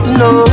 no